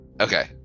Okay